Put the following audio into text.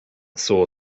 saw